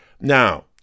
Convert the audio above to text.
Now